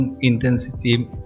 intensity